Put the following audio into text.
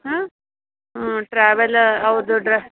ಹಾಂ ಹ್ಞೂ ಟ್ರಾವೆಲ ಹೌದು ಡ್ರ